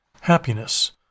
happiness